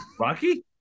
rocky